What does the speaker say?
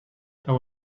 there